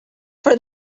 for